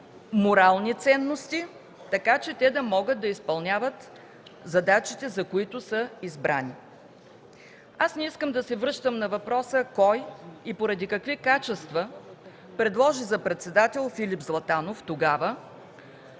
морални ценности, така че да могат да изпълняват задачите, за които са избрани. Не искам да се връщам на въпроса кой и поради какви качества предложи за председател Филип Златанов тогава,